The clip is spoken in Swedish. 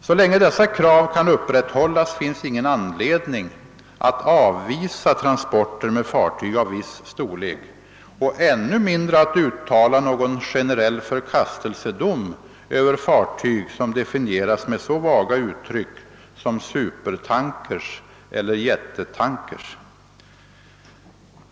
Så länge dessa krav kan upprätthållas finns ingen anledning att avvisa transporter med fartyg av viss storlek och ännu mindre att uttala någon generell förkastelsedom över fartyg som definieras med så vaga uttryck som supertankers eller jättetankers.